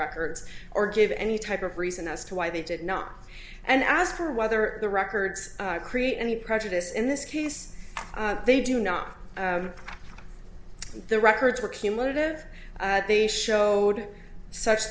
records or give any type of reason as to why they did not and ask her whether the records create any prejudice in this case they do not the records were cumulative they showed such